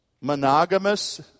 Monogamous